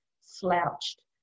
slouched